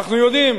אנחנו יודעים